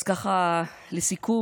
אז ככה לסיכום,